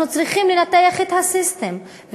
אנחנו צריכים לנתח את הסיסטם,